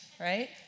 right